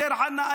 דיר חנא,